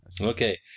Okay